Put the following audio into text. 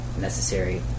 necessary